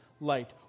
light